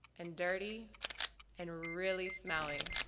and dirty and really smelly.